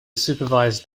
supervise